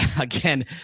again